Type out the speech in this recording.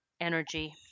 energy